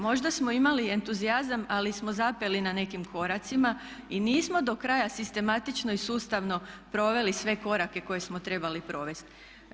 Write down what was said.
Možda smo imali entuzijazam ali smo zapeli na nekim koracima i nismo do kraja sistematično i sustavno proveli sve korake koje smo trebali provesti.